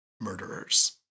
murderers